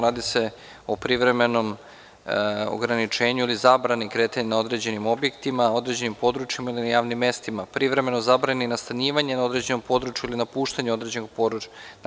Radi se o privremenom ograničenju ili zabrani kretanja na određenim objektima, određenim područjima ili na javnim mestima, privremenoj zabrani nastanjivanja na određenom području ili napuštanju određenog područja.